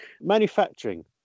manufacturing